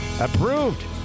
approved